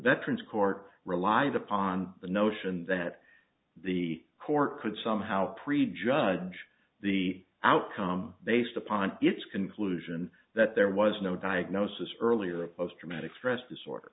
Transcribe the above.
veterans court relied upon the notion that the court could somehow prejudge the outcome based upon its conclusion that there was no diagnosis earlier post traumatic stress disorder